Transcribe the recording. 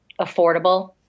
affordable